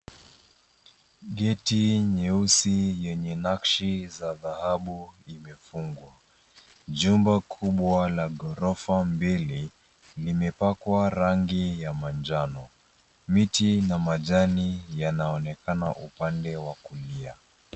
Geti nyeusi yenye nakshi za dhahabu imefungwa. Jumba kubwa la ghorofa mbili limepakwa rangi ya manjano. Miti na majani yanaonekana upande wa kulia.